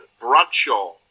Bradshaw